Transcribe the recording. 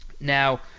Now